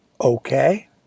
okay